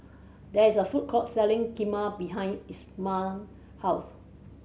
there is a food court selling Kheema behind Isham house